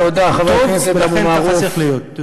ואכן ככה צריך להיות.